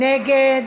מי נגד?